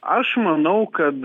aš manau kad